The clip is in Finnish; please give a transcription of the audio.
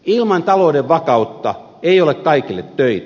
ilman talouden vakautta ei ole kaikille töitä